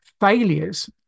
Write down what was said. Failures